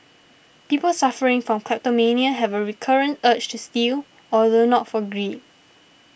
people suffering from kleptomania have a recurrent urge to steal although not for greed